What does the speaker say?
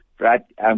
Right